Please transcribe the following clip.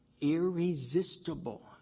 irresistible